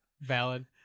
Valid